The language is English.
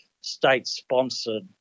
state-sponsored